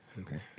Okay